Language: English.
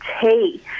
tea